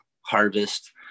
harvest